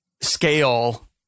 scale